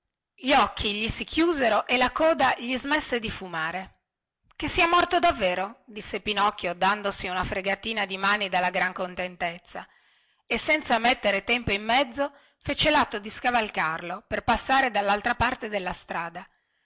gli occhi gli si chiusero e la coda gli smesse di fumare che sia morto davvero disse pinocchio dandosi una fregatina di mani dalla gran contentezza e senza mettere tempo in mezzo fece latto di scavalcarlo per passare dallaltra parte della strada